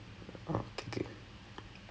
err it's literally like